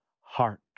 heart